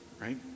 right